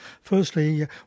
Firstly